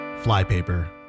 Flypaper